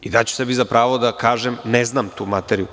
Daću sebi za pravo da kažem – ne znam tu materiju.